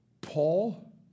Paul